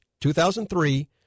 2003